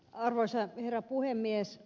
arvoisa herra puhemies